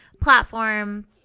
platform